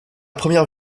première